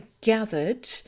gathered